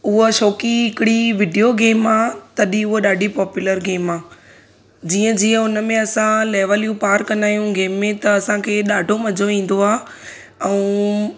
उहा छोकी हिकिड़ी विडियो गेम आहे तॾहिं उहा ॾाढी पॉपुलर गेम आहे जीअं जीअं हुनमें असां लैवलियूं पार कंदा आहियूं गेम में त असांखे ॾाढो मजो ईंदो आहे ऐं